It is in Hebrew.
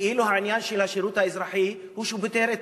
כאילו העניין של השירות האזרחי פותר את